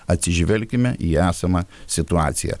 atsižvelkime į esamą situaciją